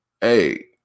hey